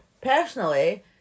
personally